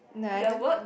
no I don't